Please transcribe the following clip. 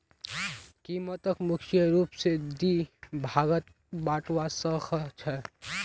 कीमतक मुख्य रूप स दी भागत बटवा स ख छ